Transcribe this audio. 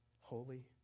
Holy